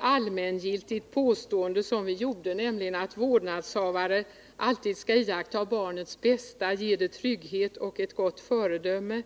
allmängiltigt påstående, nämligen att vårdnadshavaren alltid skall iaktta barnets bästa, ge det trygghet och vara ett gott föredöme.